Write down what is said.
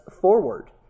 forward